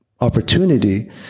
opportunity